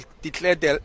declared